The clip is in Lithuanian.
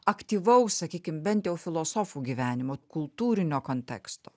aktyvaus sakykim bent jau filosofų gyvenimo kultūrinio konteksto